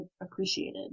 appreciated